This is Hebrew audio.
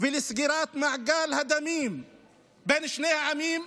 ולסגירת מעגל הדמים בין שני העמים,